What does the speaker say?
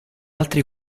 altri